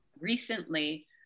recently